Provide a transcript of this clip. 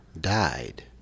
died